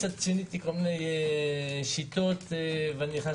אני קצת שיניתי כל מיני שיטות ואני נכנס